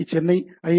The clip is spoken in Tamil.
D Chennai I